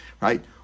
right